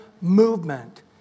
movement